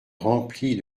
remplie